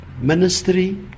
ministry